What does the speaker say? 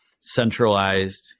centralized